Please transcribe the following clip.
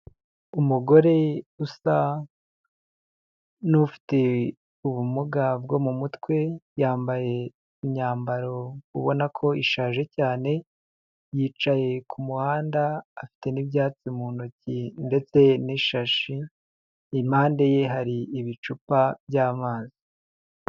Umugore usa n'ufite ubumuga bwo mu mutwe, yambaye imyambaro ubona ko ishaje cyane, yicaye ku muhanda, afite n'ibyatsi mu ntoki ndetse n'ishashi, impande ye hari ibicupa by'amazi.